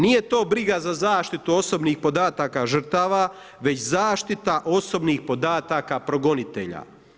Nije to briga za zaštitu osobnih podataka žrtava već zaštita osobnih podataka progonitelja.